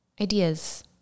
ideas